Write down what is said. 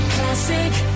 Classic